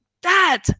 dad